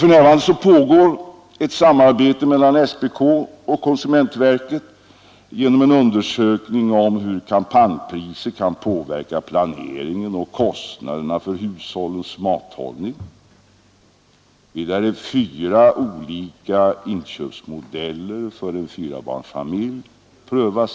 För närvarande pågår ett samarbete mellan SPK och konsumentverket genom en undersökning om hur kampanjpriser kan påverka planeringen av och kostnaderna för hushållens mathållning. Vidare prövas i sex butikskedjor fyra olika inköpsmodeller för en trebarnsfamilj.